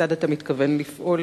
כיצד אתה מתכוון לפעול